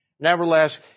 Nevertheless